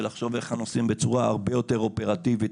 ולחשוב היכן עושים בצורה הרבה יותר אופרטיבית,